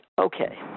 Okay